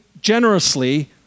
generously